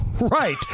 Right